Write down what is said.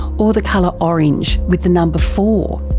or the colour orange with the number four.